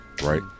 Right